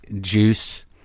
juice